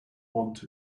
want